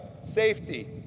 safety